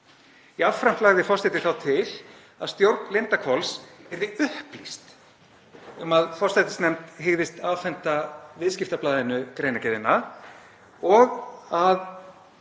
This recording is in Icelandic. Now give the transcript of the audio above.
Jafnframt lagði forseti þá til að stjórn Lindarhvols yrði upplýst um að forsætisnefnd hygðist afhenda Viðskiptablaðinu greinargerðina og að